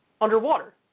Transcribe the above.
underwater